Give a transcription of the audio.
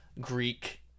Greek